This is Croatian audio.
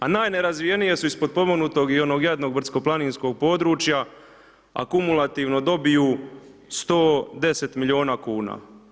A najnerazvijenije su iz potpomognutog i onog jadnog brdsko-planinskog područja, akumulativno dobiju 110 milijuna kuna.